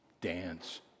dance